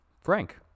frank